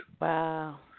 Wow